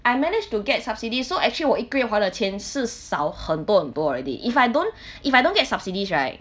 I managed to get subsidies so actually 我一个月花的钱是少很多很多 already if I don't if I don't get subsidies right